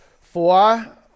Four